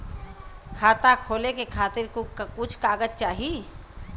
खाता खोले के खातिर कुछ कागज चाही?